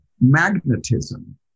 magnetism